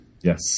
yes